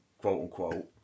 quote-unquote